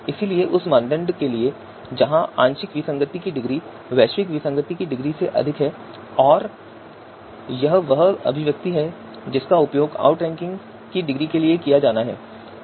इसलिए उस मानदंड के लिए जहां आंशिक विसंगति की डिग्री वैश्विक विसंगति की डिग्री से अधिक है यह वह अभिव्यक्ति है जिसका उपयोग आउटरैंकिंग डिग्री की गणना के लिए किया जाना है